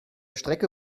strecke